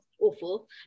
awful